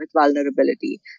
vulnerability